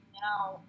now